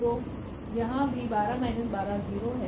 तो यहाँ भी12−12 0 है